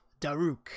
Daruk